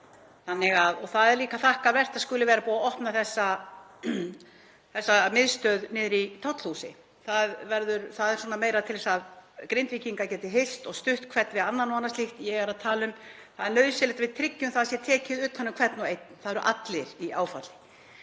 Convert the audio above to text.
áfalli. Það er þakkarvert að það skuli vera búið að opna þessa miðstöð niður í Tollhúsi. Það er svona meira til þess að Grindvíkingar geti hist og stutt hver við annan og slíkt. Ég er að tala um að það er nauðsynlegt að við tryggjum að það sé tekið utan um hvern og einn. Það eru allir í áfalli.